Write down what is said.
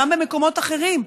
גם במקומות אחרים.